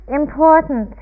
important